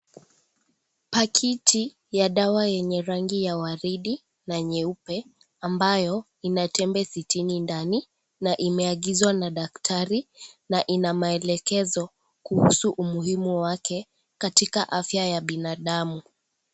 Pakiti ya dawa yenye rangi ya waridi na nyeupe, ambayo ina tembe sitini ndani, na imeagizwa na daktari, na ina maelekezo kuhusu umuhimu wake katika afya ya binadamu.